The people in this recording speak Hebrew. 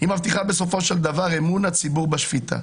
היא מבטיחה בסופו של דבר אמון הציבור בשפיטה.